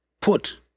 put